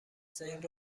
سنگ